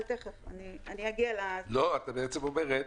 אבל תיכף אני אגיע --- את אומרת,